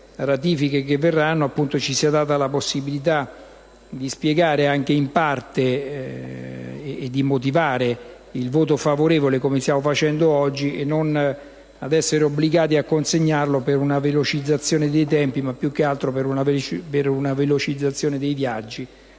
ratifiche ci sia data la possibilità di motivare, anche in parte, il voto favorevole, come stiamo facendo oggi, senza essere obbligati a consegnarlo per una velocizzazione dei tempi e, più che altro, per una velocizzazione dei viaggi,